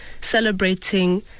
celebrating